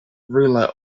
ruler